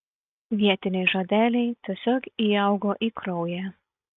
vietiniai žodeliai tiesiog įaugo į kraują